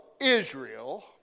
Israel